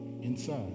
inside